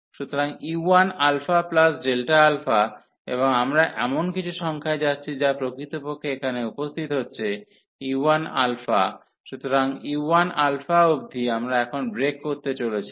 সুতরাং u1α এবং আমরা এমন কিছু সংখ্যায় যাচ্ছি যা প্রকৃতপক্ষে এখানে উপস্থিত হচ্ছে u1 সুতরাং u1 অবধি আমরা এখন ব্রেক করতে চলেছি